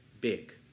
big